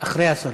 אחרי השרה.